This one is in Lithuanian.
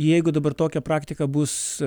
jeigu dabar tokia praktika bus